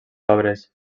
obres